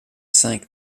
cinq